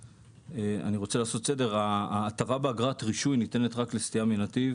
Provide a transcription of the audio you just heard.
אני רוצה לעשות סדר: ההטבה באגרת רישוי ניתנת רק לסטייה מנתיב